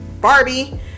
barbie